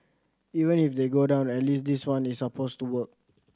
even if they go down at least this one is supposed to work